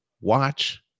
watch